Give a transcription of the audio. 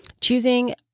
choosing